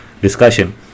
discussion